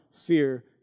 fear